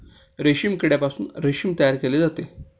रेशीम किड्यापासून रेशीम तयार केले जाते